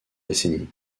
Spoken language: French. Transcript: décennies